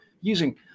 using